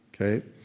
Okay